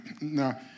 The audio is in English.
Now